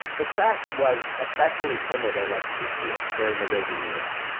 the press was especially timid and obsequious during the reagan years,